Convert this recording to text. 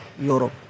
Europe